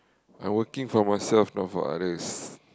I working for myself not for others